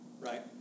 right